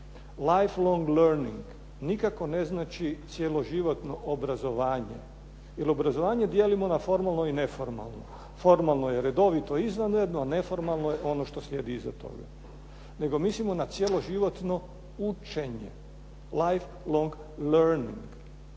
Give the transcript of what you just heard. Life long learning nikako ne znači cjeloživotno obrazovanje, jer obrazovanje dijelimo na formalno i neformalno. Formalno je redovito i izvanredno, a neformalno je ono što slijedi iza toga, nego mislimo na cjeloživotno učenje – life long learning.